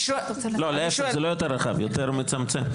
לא, להפך, זה לא יותר רחב, יותר מצמצם.